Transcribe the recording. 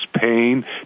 pain